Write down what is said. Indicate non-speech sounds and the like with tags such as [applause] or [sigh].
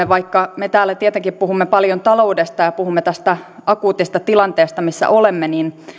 [unintelligible] vaikka me täällä tietenkin puhumme paljon taloudesta ja puhumme tästä akuutista tilanteesta missä olemme